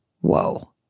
Whoa